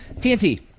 TNT